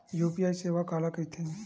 UPI सेवा काला कइथे?